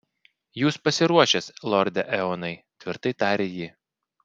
jūs pasiruošęs lorde eonai tvirtai tarė ji